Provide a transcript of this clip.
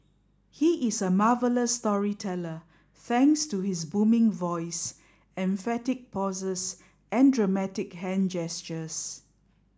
he is a marvellous storyteller thanks to his booming voice emphatic pauses and dramatic hand gestures